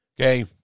Okay